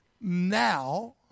now